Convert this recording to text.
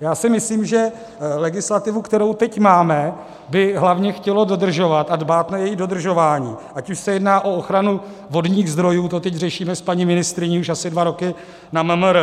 Já si myslím, že legislativu, kterou teď máme, by hlavně chtělo dodržovat a dbát na její dodržování, ať už se jedná o ochranu vodních zdrojů, to řešíme s paní ministryní už asi dva roky na MMR